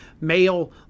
male